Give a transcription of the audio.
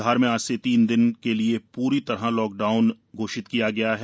धार में आज से तीन दिन के लिए पूरी तरह लॉक डाउन किया गया है